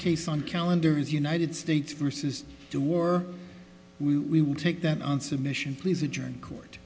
case on calendar is united states versus the war we would take that on submission please adjourn court